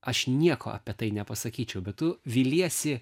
aš nieko apie tai nepasakyčiau bet tu viliesi